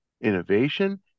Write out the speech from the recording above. innovation